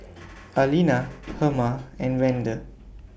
Arlena Herma and Vander